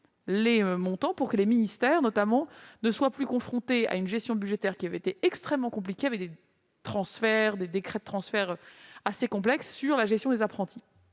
des montants pour que les ministères ne soient plus confrontés à une gestion budgétaire extrêmement compliquée, avec des décrets de transfert assez complexes sur la gestion des apprentis.